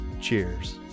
Cheers